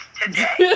today